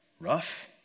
rough